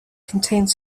contains